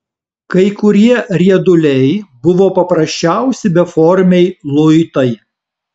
kai kurie rieduliai buvo paprasčiausi beformiai luitai